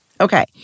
Okay